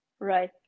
right